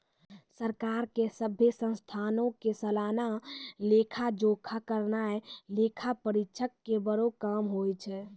सरकार के सभ्भे संस्थानो के सलाना लेखा जोखा करनाय लेखा परीक्षक के बड़ो काम होय छै